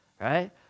right